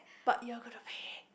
but you're gonna pay